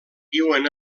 viuen